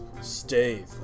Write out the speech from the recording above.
stay